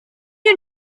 you